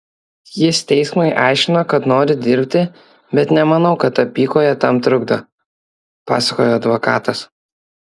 jis teismui aiškino kad nori dirbti bet nemanau kad apykojė tam trukdo pasakojo advokatas